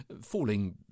falling